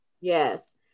Yes